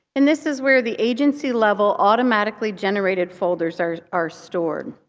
and this is where the agency-level automatically-generated folders are are stored.